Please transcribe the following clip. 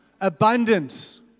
abundance